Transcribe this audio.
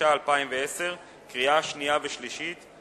התש"ע 2010, קריאה שנייה וקריאה שלישית.